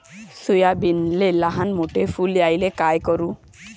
सोयाबीनले लयमोठे फुल यायले काय करू?